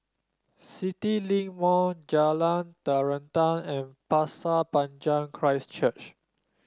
CityLink Mall Jalan Terentang and Pasir Panjang Christ Church